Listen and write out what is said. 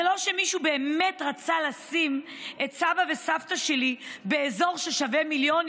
זה לא שמישהו באמת רצה לשים את סבא וסבתא שלי באזור ששווה מיליונים,